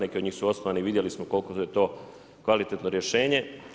Neki od njih su osnovani i vidjeli smo koliko je to kvalitetno rješenje.